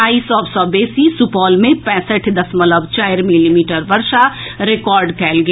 आई सभ सँ बेसी सुपौल मे पैंसठि दशमलव चारि मिलीमीटर वर्षा रिकॉर्ड कएल गेल